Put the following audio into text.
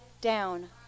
down